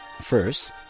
First